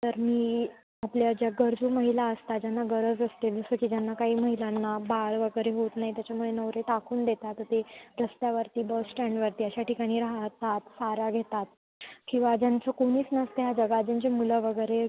तर मी आपल्या ज्या गरजू महिला असतात ज्यांना गरज असते जसं की ज्यांना काही महिलांना बाळ वगैरे होत नाही त्याच्यामुळे नवरे टाकून देतात तर ते रस्त्यावरती बसस्टँडवरती अशा ठिकाणी राहतात सहारा घेतात किंवा ज्यांचं कोणीच नसतं ह्या जगात ज्यांची मुलं वगैरे